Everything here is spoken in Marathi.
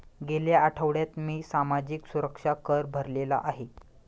गेल्या आठवड्यात मी सामाजिक सुरक्षा कर भरलेला आहे